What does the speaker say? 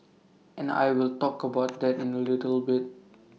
and I will talk about that in A little bit